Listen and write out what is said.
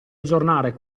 aggiornare